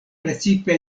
precipe